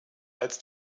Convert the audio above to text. als